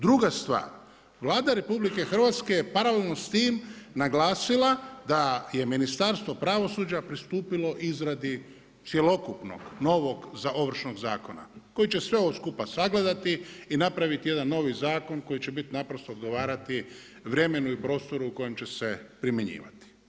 Druga stvar, Vlada RH je paralelno s tim naglasila da je Ministarstvo pravosuđa pristupilo izradi cjelokupnog, novo Ovršnog zakona koji će sve ovo skupa sagledati i napraviti jedan novi zakon koji će naprosto odgovarati vremenu i prostu u kojem će se primjenjivati.